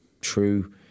true